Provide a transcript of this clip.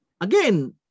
again